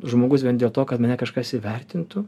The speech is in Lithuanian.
žmogus vien dėl to kad mane kažkas įvertintų